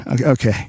Okay